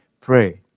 pray